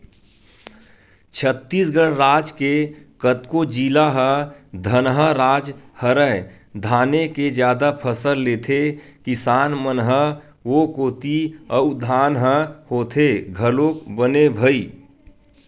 छत्तीसगढ़ राज के कतको जिला ह धनहा राज हरय धाने के जादा फसल लेथे किसान मन ह ओ कोती अउ धान ह होथे घलोक बने भई